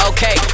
Okay